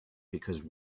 because